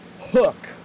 hook